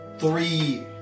three